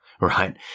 right